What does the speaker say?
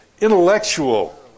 intellectual